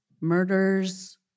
murders